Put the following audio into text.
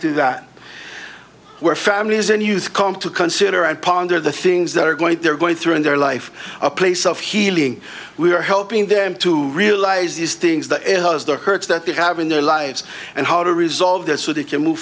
to that where families and youth come to consider and ponder the things that are going to they're going through in their life a place of healing we are helping them to realize these things that hurts that they have in their lives and how to resolve this so they can move